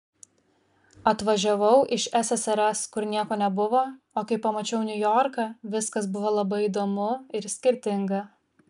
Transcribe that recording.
atvažiavau iš ssrs kur nieko nebuvo o kai pamačiau niujorką viskas buvo labai įdomu ir skirtinga